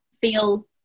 feel